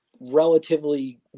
relatively